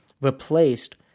replaced